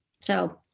So-